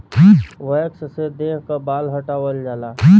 wax से देह क बाल हटावल जाला